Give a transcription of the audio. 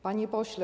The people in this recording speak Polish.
Panie Pośle!